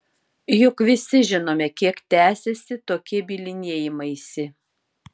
juk visi žinome kiek tęsiasi tokie bylinėjimaisi